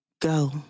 Go